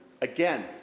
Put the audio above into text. again